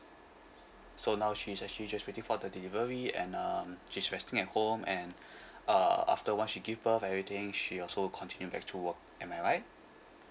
so now she's actually just waiting for the delivery and um she's resting at home and uh after once she give birth everything she also continue back to work am I right